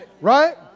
right